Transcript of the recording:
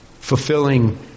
fulfilling